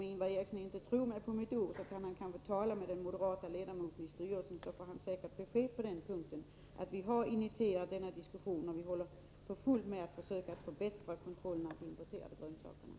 Ingvar Eriksson kan kanske tala med den moderata ledamoten i styrelsen, så får han säkerligen besked om att vi har initierat denna diskussion och håller på för fullt med att försöka förbättra kontrollen av importerade grönsaker.